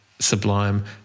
sublime